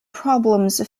problems